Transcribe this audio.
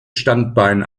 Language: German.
standbein